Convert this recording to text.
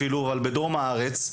בדרום הארץ?